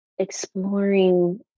exploring